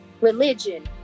religion